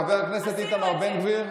חבר הכנסת איתמר בן גביר,